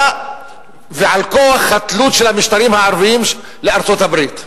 ועל כוח התלות של המשטרים הערביים בארצות-הברית.